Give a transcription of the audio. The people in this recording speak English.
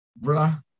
bruh